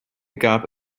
gab